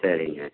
சரிங்க